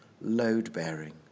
load-bearing